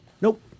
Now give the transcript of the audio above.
nope